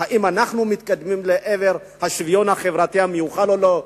אם אנחנו מתקדמים לעבר השוויון החברתי המיוחל או לא.